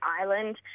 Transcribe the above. island